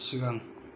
सिगां